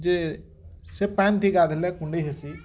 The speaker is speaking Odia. ଯେ ସେ ପ୍ୟାନଟି ଗାଧେଇଲେ କୁଣ୍ଡେଇ ହେସି